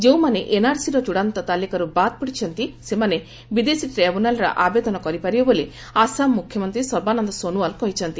ଯେଉଁମାନେ ଏନ୍ଆର୍ସିର ଚ୍ୟୁନ୍ତ ତାଲିକାରୁ ବାଦ୍ ପଡ଼ିଛନ୍ତି ସେମାନେ ବିଦେଶୀ ଟ୍ରାଇବୁନାଲ୍ରେ ଆବେଦନ କରିପାରିବେ ବୋଲି ଆସାମ ମୁଖ୍ୟମନ୍ତ୍ରୀ ସର୍ବାନନ୍ଦ ସୋନୋୱାଲ୍ କହିଛନ୍ତି